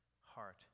heart